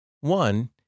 One